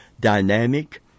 dynamic